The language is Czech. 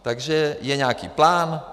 Takže je nějaký plán.